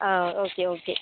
ah okay okay